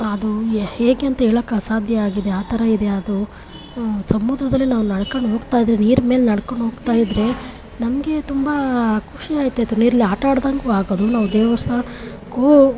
ಅದು ಹೇಗೆ ಅಂತ ಹೇಳೋಕೆ ಅಸಾಧ್ಯ ಆಗಿದೆ ಆ ಥರ ಇದೆ ಅದು ಸಮುದ್ರದಲ್ಲಿ ನಾವು ನಡ್ಕೊಂಡು ಹೋಗ್ತಾ ಇದ್ದರೆ ನೀರು ಮೇಲೆ ನಡ್ಕೊಂಡು ಹೋಗ್ತಾ ಇದ್ದರೆ ನಮಗೆ ತುಂಬ ಖುಷಿಯಾಗ್ತಾ ಇತ್ತು ನೀರಲ್ಲಿ ಆಟ ಆಡ್ದಂಗೂ ಆಗೋದು ನಾವು ದೇವಸ್ಥಾನ ಕ್ಕೂ